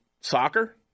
soccer